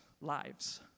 lives